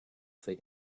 say